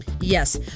Yes